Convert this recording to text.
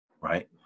right